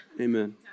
Amen